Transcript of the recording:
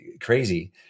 Crazy